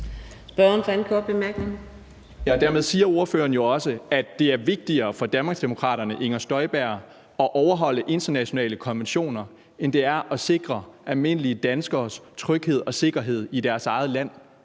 Dermed siger ordføreren jo også, at det er vigtigere for Danmarksdemokraterne – Inger Støjberg at overholde internationale konventioner, end det er at sikre almindelige danskeres tryghed og sikkerhed i deres eget land,